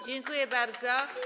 Dziękuję bardzo.